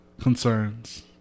concerns